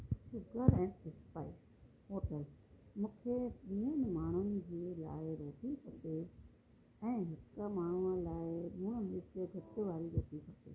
sugar and spice hotel मूंखे ॿिनि माण्हुनि जी लाइ रोटी खपे ऐं हिक माण्हूअ लाइ लूणु मिर्च घटि वारी रोटी खपे